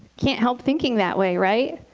can't help thinking that way, right?